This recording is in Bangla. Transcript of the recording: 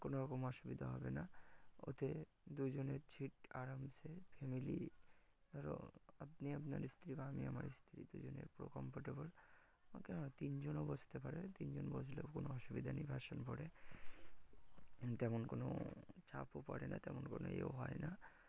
কোনো রকম অসুবিধা হবে না ওতে দুজনের সিট আরামসে ফ্যামিলি ধরো আপনি আপনার স্ত্রী বা আমি আমার স্ত্রী দুজনে পুরো কমফর্টেবল কেন তিনজনও বসতে পারে তিনজন বসলেও কোনো অসুবিধা নেই ভার্সন ফোরে তেমন কোনো চাপও পড়ে না তেমন কোনো ইয়েও হয় না